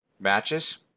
matches